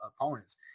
opponents